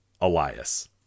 Elias